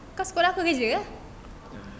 kau call aku jer